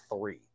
three